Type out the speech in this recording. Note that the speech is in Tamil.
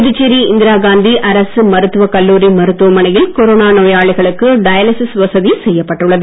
புதுச்சேரி இந்திராகாந்தி மருத்துவக் கல்லூரி அரசு மருத்துவமனையில் கொரோனா நோயாளிகளுக்கு டயாலிசிஸ் வசதி செய்யப்பட்டுள்ளது